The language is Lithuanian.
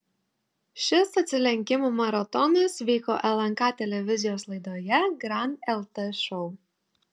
šis atsilenkimų maratonas vyko lnk televizijos laidoje grand lt šou